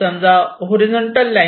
समजा horizontal line